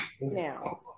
Now